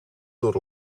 door